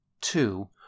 Two